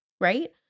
right